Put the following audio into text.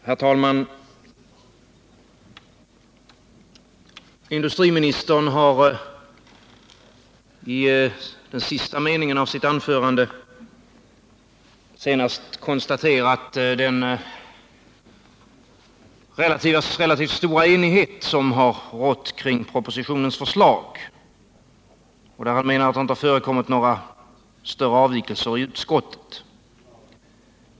Herr talman! I den sista meningen av sitt anförande konstaterade industriministern den relativt stora enighet som har rått kring propositionens förslag. Han menade att det inte har förekommit några större avvikelser i utskottet.